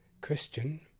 Christian